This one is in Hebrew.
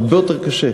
הרבה יותר קשה.